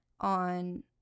On